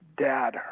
dad